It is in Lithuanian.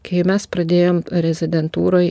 kai mes pradėjom rezidentūroj